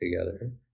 together